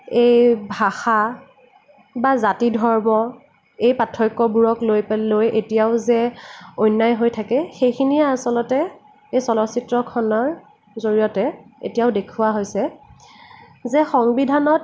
এই ভাষা বা জাতি ধৰ্ম এই পাৰ্থক্যবোৰক লৈ লৈ এতিয়াও যে অন্যায় হৈ থাকে সেইখিনিয়ে আচলতে এই চলচিত্ৰখনৰ জৰিয়তে এতিয়াও দেখোৱা হৈছে যে সংবিধানত